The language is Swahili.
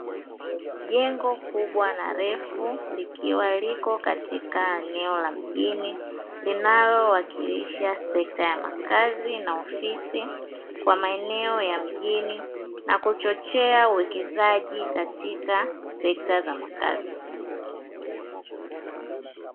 Jengo kubwa na refu likiwa liko katika eneo la mjini, linalowakilisha sekta ya makazi na ofisi kwa maeneo ya mjini na kuchochea uwekezaji katika sekta za makazi.